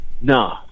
No